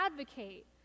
advocate